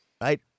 right